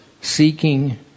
seeking